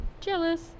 jealous